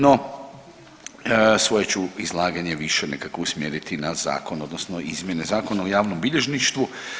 No svoje ću izlaganje više nekako usmjeriti na zakon odnosno izmjene Zakona o javnom bilježništvu.